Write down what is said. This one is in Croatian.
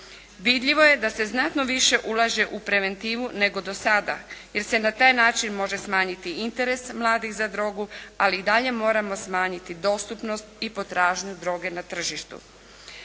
Vidljivo je da se znatno više ulaže u preventivu nego do sada jer se na taj način može smanjiti interes mladih za drogu ali i dalje moramo smanjiti dostupnost i potražnju droge na tržištu.